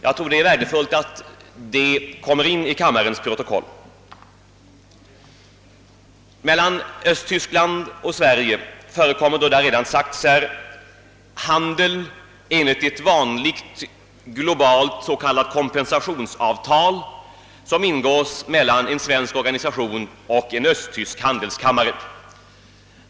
Jag tror att det är värdefullt att detta kommer in i kammarens protokoll. Mellan Östtyskland och Sverige förekommer — det har redan sagts här — handel enligt ett vanligt globalt s.k. kompensationsavtal, som ingås mellan en svensk organisation och en östtysk handelskammare.